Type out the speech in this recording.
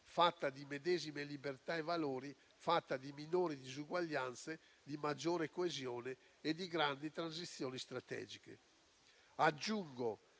fatta di medesime libertà e valori, di minori disuguaglianze, di maggiore coesione e di grandi transizioni strategiche? Aggiungo